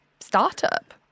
startup